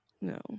No